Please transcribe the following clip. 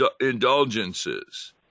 indulgences